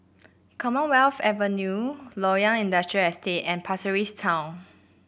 Commonwealth Avenue Loyang Industrial Estate and Pasir Ris Town